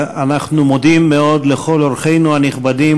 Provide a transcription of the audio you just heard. אנחנו מודים מאוד לכל אורחינו הנכבדים,